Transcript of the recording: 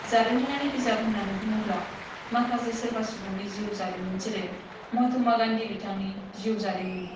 जारिमिनारि बिजाब होन्नानै बुङोब्ला माखासे सोरबा सुबुंनि जिउ जारिमिन जेरै महात्मा गान्धि बिथांनि जिउ जारिमिन